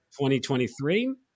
2023